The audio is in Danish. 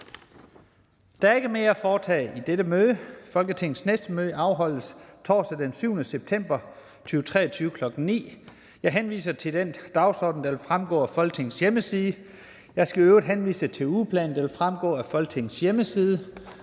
Der er ikke mere at foretage i dette møde. Folketingets næste møde afholdes torsdag den 7. september 2023, kl. 9.00. Jeg henviser til den dagsorden, der vil fremgå af Folketingets hjemmeside. Jeg skal i øvrigt henvise til ugeplanen, der vil fremgå af Folketingets hjemmeside.